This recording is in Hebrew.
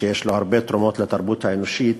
ויש לו הרבה תרומות לתרבות האנושית,